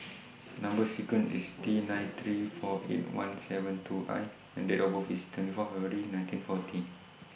Number sequence IS T nine three four eight one seven two I and Date of birth IS twenty four February nineteen forty